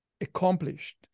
accomplished